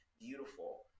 beautiful